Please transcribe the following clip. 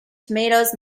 tomatoes